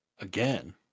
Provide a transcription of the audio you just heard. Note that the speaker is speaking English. again